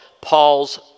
Paul's